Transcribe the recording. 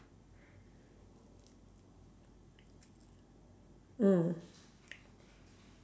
mm